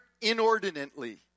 inordinately